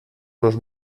nos